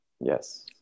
Yes